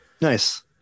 Nice